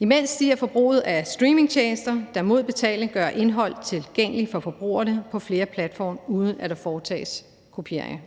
Imens stiger forbruget af streamingtjenester, der mod betaling gør indhold tilgængeligt for forbrugerne på flere platforme, uden at der foretages kopiering.